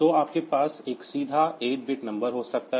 तो आपके पास एक सीधा 8 बिट नंबर हो सकता है